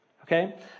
okay